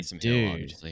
dude